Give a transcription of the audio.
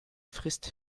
frisst